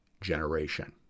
generation